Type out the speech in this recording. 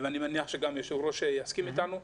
ואני מניח שגם היושב-ראש יסכים אתנו,